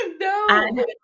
No